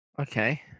Okay